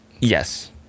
Yes